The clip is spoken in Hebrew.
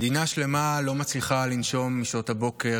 מדינה שלמה לא מצליחה לנשום משעות הבוקר,